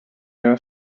your